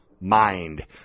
mind